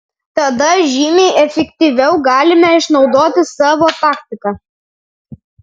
tada žymiai efektyviau galime išnaudoti savo taktiką